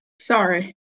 Sorry